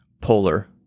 polar